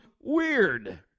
weird